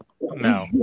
no